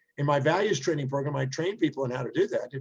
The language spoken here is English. in my values training program i train people on how to do that.